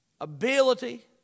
ability